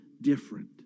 different